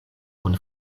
kun